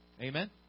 Amen